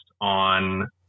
on